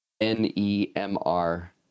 N-E-M-R